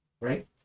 Right